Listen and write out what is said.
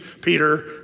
Peter